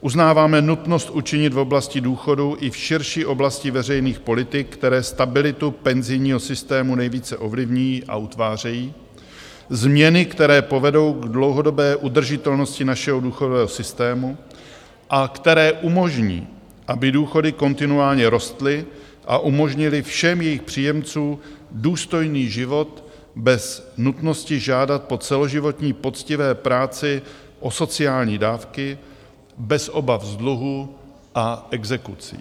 Uznáváme nutnost učinit v oblasti důchodů i v širší oblasti veřejných politik, které stabilitu penzijního systému nejvíce ovlivní a utvářejí, změny, které povedou k dlouhodobé udržitelnosti našeho důchodového systému a které umožní, aby důchody kontinuálně rostly a umožnily všem jejich příjemcům důstojný život bez nutnosti žádat po celoživotní poctivé práci o sociální dávky, bez obav z dluhů a exekucí.